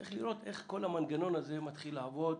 צריך לראות איך כל המנגנון הזה מתחיל לעבוד.